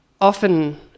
often